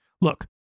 Look